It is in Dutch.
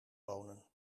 bonen